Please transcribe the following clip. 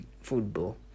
football